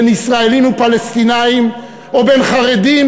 בין ישראלים לפלסטינים או בין חרדים